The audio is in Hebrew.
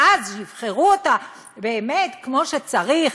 ואז יבחרו אותה באמת כמו שצריך,